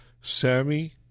Sammy